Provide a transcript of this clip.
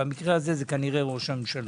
במקרה הזה - ראש הממשלה.